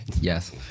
Yes